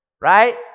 right